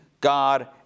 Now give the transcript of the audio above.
God